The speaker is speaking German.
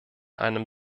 einem